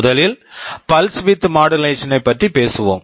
முதலில் pulse width modulation pulse width modulation ஐப் பற்றி பேசலாம்